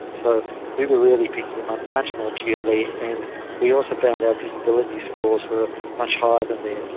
so we were really picking them up much more acutely, and we also found our disability scores were much higher than theirs.